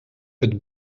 het